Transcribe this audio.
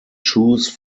choose